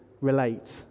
relate